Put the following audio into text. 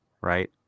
right